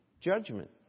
Judgment